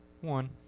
One